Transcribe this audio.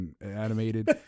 animated